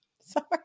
Sorry